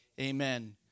amen